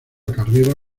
carrera